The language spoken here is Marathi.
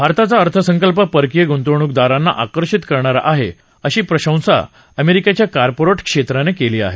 भारताचा अर्थसंकल्प परकीय गुंतवणूकदारांना आकर्षित करणारा आहे अशी प्रशंसा अमेरिकेच्या कॉपोरेट क्षेत्रानं केली आहे